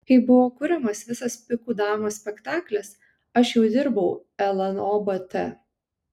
kai buvo kuriamas visas pikų damos spektaklis aš jau dirbau lnobt